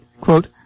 Quote